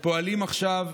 פועלים עכשיו,